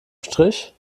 strich